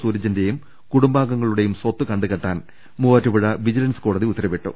സൂരജിന്റേയും കുടുംബാംഗങ്ങളുടേയും സ്വത്ത് കണ്ടുകെട്ടാൻ മൂവ്വാറ്റുപുഴ വിജിലൻസ് കോടതി ഉത്തരവിട്ടു